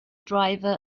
driver